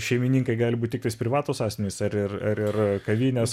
šeimininkai gali būt tiktais privatūs asmenys ar ir ar ir kavinės